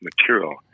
material